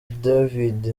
david